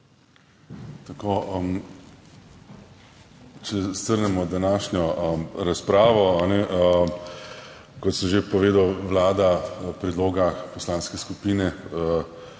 MZI): Če strnemo današnjo razpravo. Kot sem že povedal, Vlada predloga poslanske skupine,